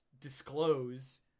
disclose